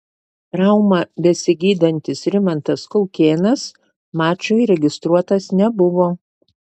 traumą besigydantis rimantas kaukėnas mačui registruotas nebuvo